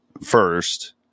first